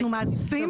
אנחנו מעדיפים